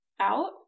out